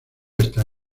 está